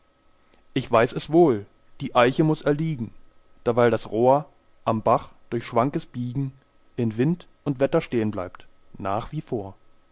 ich weiß es wohl die eiche muß erliegen derweil das rohr am bach durch schwankes biegen in wind und wetter stehn bleibt nach wie vor